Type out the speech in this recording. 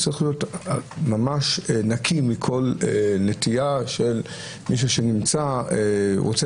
זה צריך להיות ממש נקי מכל נטייה של מישהו שנמצא או רוצה